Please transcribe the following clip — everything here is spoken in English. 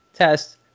Test